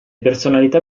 personalità